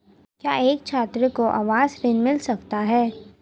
क्या एक छात्र को आवास ऋण मिल सकता है?